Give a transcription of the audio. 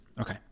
Okay